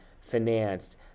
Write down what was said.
financed